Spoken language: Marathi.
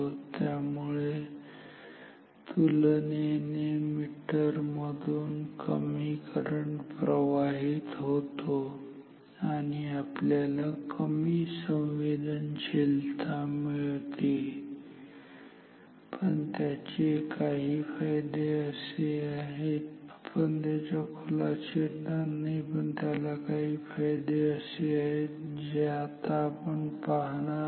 त्यामुळे तुलनेने मीटर मधून कमी करंट प्रवाहित होतो आणि आपल्याला कमी संवेदनशीलता मिळते पण त्याचे काही फायदे असे आहेत आपण त्याच्या खोलात शिरणार नाही पण त्याला काही फायदे आहेत जे आता आपण पाहणार नाही